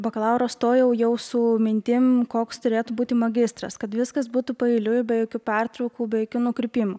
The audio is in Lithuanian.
bakalaurą stojau jau su mintim koks turėtų būti magistras kad viskas būtų paeiliui be jokių pertraukų be jokių nukrypimų